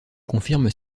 confirme